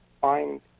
find